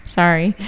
sorry